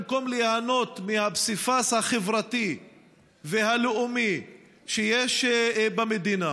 במקום ליהנות מהפסיפס החברתי והלאומי שיש במדינה